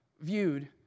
viewed